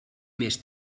més